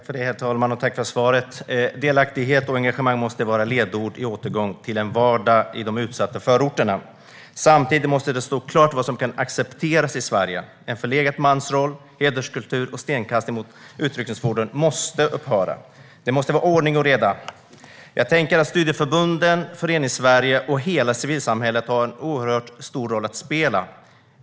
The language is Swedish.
Herr talman! Tack för svaret, statsrådet! Delaktighet och engagemang måste vara ledord för återgången till en vardag i de utsatta förorterna. Samtidigt måste det stå klart vad som kan accepteras i Sverige. En förlegad mansroll, hederskultur och stenkastning mot utryckningsfordon måste upphöra. Det måste vara ordning och reda. Jag tänker att studieförbunden, Föreningssverige och hela civilsamhället har en oerhört stor roll att spela.